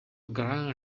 grand